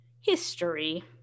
history